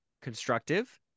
constructive